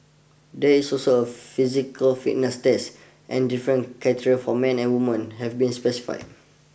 there is also a physical fitness test and different criteria for men and women have been specified